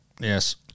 Yes